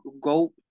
go